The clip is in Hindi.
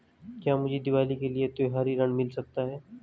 क्या मुझे दीवाली के लिए त्यौहारी ऋण मिल सकता है?